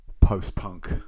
post-punk